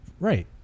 Right